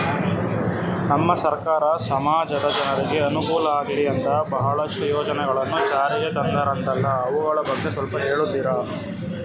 ನಮ್ಮ ಸರ್ಕಾರ ಸಮಾಜದ ಜನರಿಗೆ ಅನುಕೂಲ ಆಗ್ಲಿ ಅಂತ ಬಹಳಷ್ಟು ಯೋಜನೆಗಳನ್ನು ಜಾರಿಗೆ ತಂದರಂತಲ್ಲ ಅವುಗಳ ಬಗ್ಗೆ ಸ್ವಲ್ಪ ಹೇಳಿತೀರಾ?